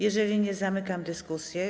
Jeżeli nie, zamykam dyskusję.